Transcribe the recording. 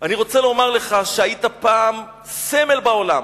אני רוצה לומר לך שהיית פעם סמל בעולם,